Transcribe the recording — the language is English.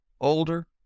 older